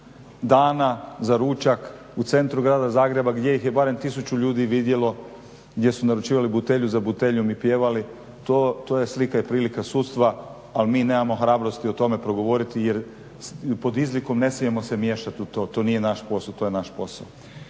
dana za ručak u centru grada Zagreba gdje ih je barem 1000 ljudi vidjelo gdje su naručivali butelju za buteljom i pjevali. To je slika i prilika sudstva, ali mi nemamo hrabrosti o tome progovoriti pod izlikom ne smijemo se miješat u to, to nije naš posao, to je naš posao.